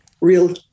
real